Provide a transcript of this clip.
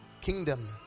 kingdom